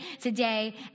today